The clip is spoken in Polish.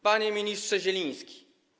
Panie Ministrze Zieliński!